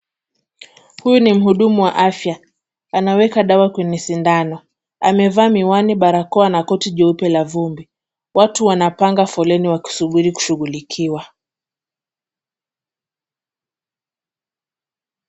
Huyu ni mhudumu wa afya. Anaweka dawa kwenye sindano. Amevaa miwani, barakoa na koti jeupe la vumbi. Watu wanapanga foleni wakisuburi kushughulikiwa.